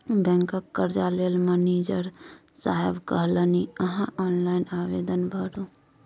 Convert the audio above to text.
बैंकक कर्जा लेल मनिजर साहेब कहलनि अहॅँ ऑनलाइन आवेदन भरू